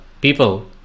people